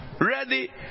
ready